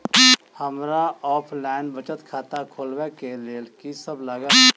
हमरा ऑफलाइन बचत खाता खोलाबै केँ लेल की सब लागत?